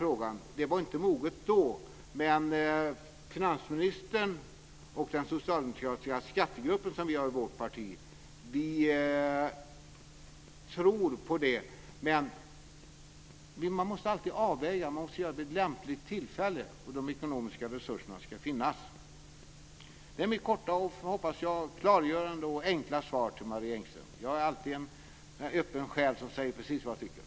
Frågan var då inte mogen, men finansministern och den socialdemokratiska skattegruppen tror på detta. Det måste alltid göras en avvägning, och detta måste ske vid lämpligt tillfälle då de ekonomiska resurserna finns. Det är mitt korta och, hoppas jag, klargörande och enkla svar till Marie Engström. Jag är alltid en öppen själ som säger precis vad jag tycker.